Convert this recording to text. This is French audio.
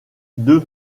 deux